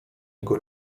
jego